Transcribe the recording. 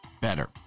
better